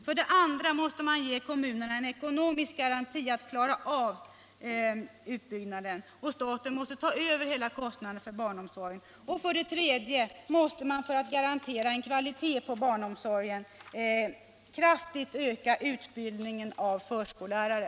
För det andra måste man ge kommunerna en ekonomisk garanti, och staten måste ta över hela kostnaden för barnomsorgen. För det tredje måste man för att garantera kvaliteten hos barnomsorgen kraftigt öka utbildningen av förskollärare.